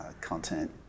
content